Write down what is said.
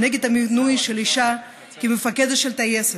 נגד המינוי של אישה למפקדת של טייסת,